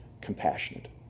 compassionate